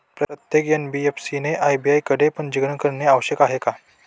प्रत्येक एन.बी.एफ.सी ने आर.बी.आय कडे पंजीकरण करणे आवश्यक आहे का?